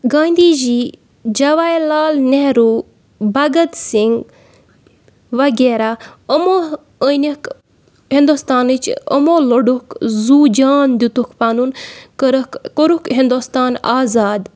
گاندھی جی جَواہَر لال نہروٗ بَگھت سِنٛگھ وغیرہ یِمو أنِکھ ہِندوستانٕچ یِمو لۄڈُکھ زُو جان دِتُکھ پَنُن کٔرِکھ کوٚرُکھ ہِندوستان آزاد